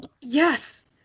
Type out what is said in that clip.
yes